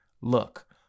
Look